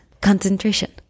Concentration